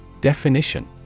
Definition